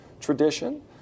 tradition